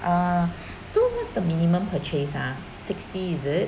err so what's the minimum purchase ah sixty is it